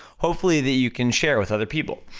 hopefully that you can share with other people.